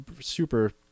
super